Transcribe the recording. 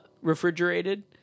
refrigerated